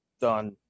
done